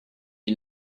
you